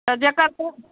तऽ जकर